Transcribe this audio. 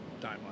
timeline